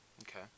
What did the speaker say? Okay